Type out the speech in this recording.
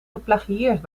geplagieerd